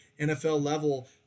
NFL-level